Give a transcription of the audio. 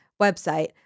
website